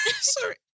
Sorry